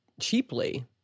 cheaply